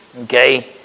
okay